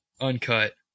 uncut